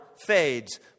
fades